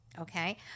Okay